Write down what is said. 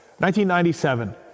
1997